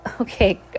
Okay